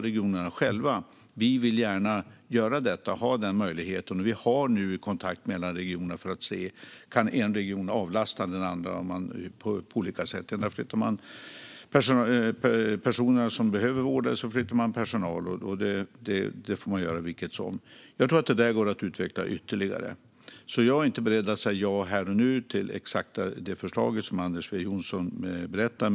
Regionerna sa då själva att de gärna ville ha möjlighet att göra detta, och vi har nu en kontakt mellan regionerna för att se om en region kan avlasta en annan på olika sätt, antingen genom att flytta personer som behöver vård eller genom att flytta personal. Det får man göra vilket som. Jag tror att det där går att utveckla ytterligare, och därför är jag inte beredd att säga ja här och nu till exakt det förslag som Anders W Jonsson berättar om.